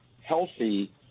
healthy